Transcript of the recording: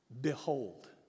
Behold